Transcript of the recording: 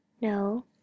No